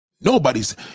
Nobody's